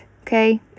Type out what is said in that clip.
Okay